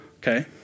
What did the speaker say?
okay